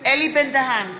אלי בן-דהן,